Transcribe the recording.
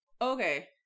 Okay